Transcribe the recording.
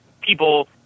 people